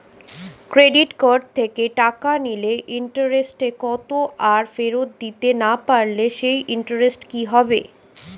Credit card থেকে টাকা নিলে ইন্টারেস্ট কত আর ফেরত দিতে না পারলে সেই ইন্টারেস্ট কি হবে?